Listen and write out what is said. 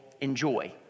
enjoy